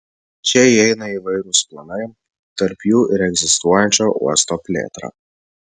čia įeina įvairūs planai tarp jų ir egzistuojančio uosto plėtra